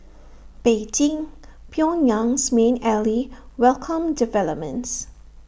Beijing Pyongyang's main ally welcomed developments